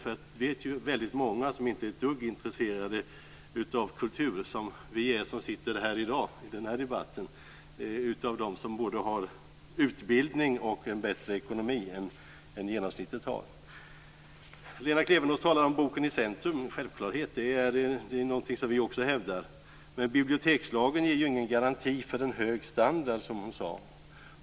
Jag vet väldigt många som inte är ett dugg intresserade av kultur, såsom vi som sitter här i dag, bland dem både har utbildning och en bättre ekonomi än genomsnittet har. Lena Klevenås talar om boken i centrum. Det är en självklarhet. Det är någonting som vi också hävdar. Men bibiliotekslagen är ju ingen garanti för en hög standard, som hon sade.